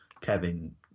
Kevin